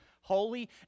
holy